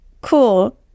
cool